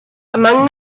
among